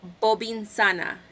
Bobinsana